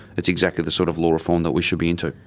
it's exactly the sort of law reform that we should be into.